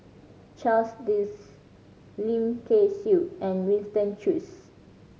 Charles Dyce Lim Kay Siu and Winston Choos